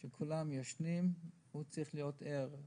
כאשר כולם ישנים הוא צריך להיות ער,